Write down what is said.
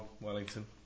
Wellington